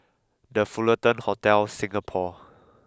the Fullerton Hotel Singapore